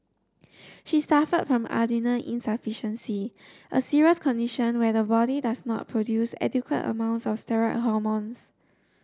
she suffered from adrenal insufficiency a serious condition where the body does not produce adequate amounts of steroid hormones